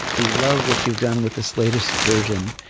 love what you've done with this latest version.